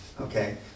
okay